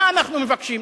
מה אנחנו מבקשים?